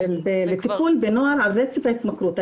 לטיפול בנוער על רצף ההתמכרות.